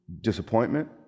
disappointment